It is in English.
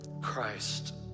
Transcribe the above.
Christ